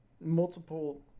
multiple